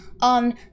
on